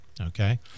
Okay